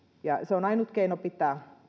se on ainut keino pitää